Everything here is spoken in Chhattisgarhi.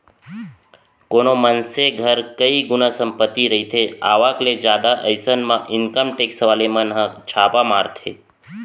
कोनो मनसे घर कई गुना संपत्ति रहिथे आवक ले जादा अइसन म इनकम टेक्स वाले मन ह छापा मारथे